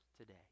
today